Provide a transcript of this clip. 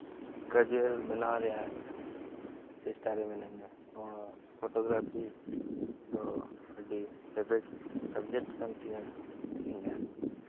career ᱨ ᱵᱮᱱᱟᱣ ᱨᱮᱱᱟᱜ ᱪᱮᱥᱴᱟ ᱨᱮ ᱢᱤᱱᱟᱹᱧᱟ ᱱᱚᱣᱟ ᱯᱷᱚᱴᱳᱜᱨᱟᱯᱷᱤ ᱫᱚ ᱟᱹᱰᱤ ᱯᱷᱮᱵᱟᱨᱮᱴ ᱥᱟᱵᱡᱮᱠᱴ ᱠᱟᱱ ᱛᱤᱧᱟᱹ ᱤᱧᱟᱹᱜ